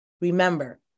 Remember